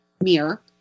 mirror